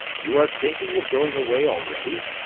you are thinking of going away already.